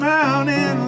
Mountain